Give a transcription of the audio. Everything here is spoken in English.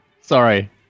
Sorry